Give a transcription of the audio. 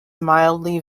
mildly